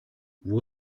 woher